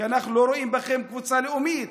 כי אנחנו לא רואים בכם קבוצה לאומית,